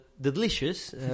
delicious